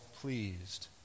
pleased